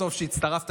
לא קשור.